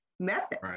Method